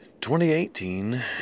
2018